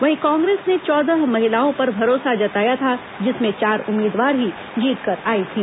वहीं कांग्रेस ने चौदह महिलाओं पर भरोसा जताया था जिसमें चार उम्मीदवार ही जीतकर आई थी